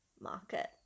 market